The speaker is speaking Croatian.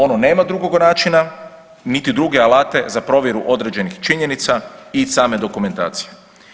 Ono nema drugog načina niti druge alate za provjeru određenih činjenica i same dokumentacije.